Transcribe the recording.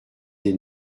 des